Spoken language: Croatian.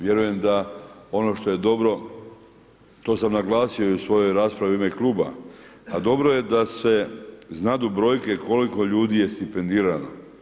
Vjerujem da ono što je dobro, to sam naglasio i u svojoj raspravi u ime kluba a dobro je da se znaju brojke koliko ljudi je stipendirano.